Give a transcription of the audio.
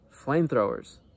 flamethrowers